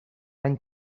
any